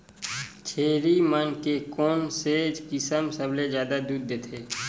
छेरी मन के कोन से किसम सबले जादा दूध देथे?